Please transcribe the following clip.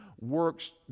works